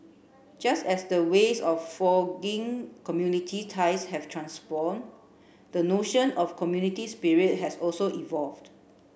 just as the ways of community ties have transformed the notion of community spirit has also evolved